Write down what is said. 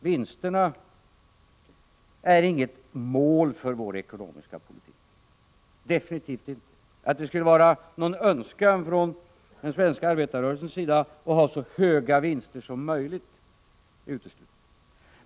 Vinsterna är inget mål för vår ekonomiska politik, definitivt inte. Att det skulle vara någon önskan från den svenska arbetarrörelsens sida att ha så höga vinster som möjligt är uteslutet.